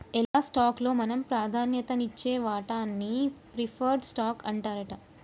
ఎలా స్టాక్ లో మనం ప్రాధాన్యత నిచ్చే వాటాన్ని ప్రిఫర్డ్ స్టాక్ అంటారట